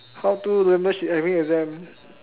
how to remember she having exam